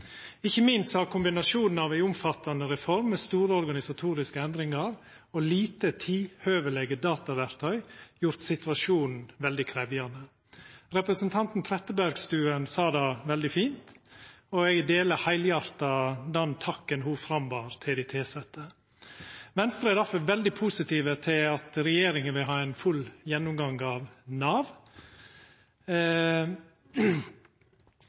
Ikkje minst har kombinasjonen av ei omfattande reform med store organisatoriske endringar og lite tid og høvelege dataverktøy gjort situasjonen veldig krevjande. Representanten Trettebergstuen sa det veldig fint, og eg deler heilhjarta den takken ho bar fram til dei tilsette. Venstre er derfor veldig positiv til at regjeringa vil ha ein full gjennomgang av Nav.